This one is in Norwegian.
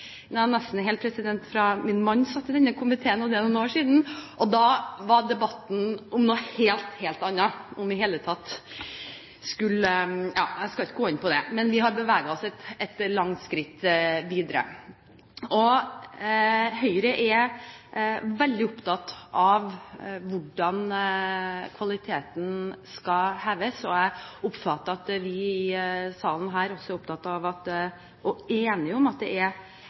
nesten helt til da min mann satt i den komiteen, og det er jo noen år siden. Da var debatten om noe helt annet – om vi i det hele tatt skulle ... Jeg skal ikke gå inn på det, men vi har beveget oss et langt skritt videre. Høyre er veldig opptatt av hvordan kvaliteten skal heves. Jeg oppfatter at vi her i salen også er opptatt av og er enige om at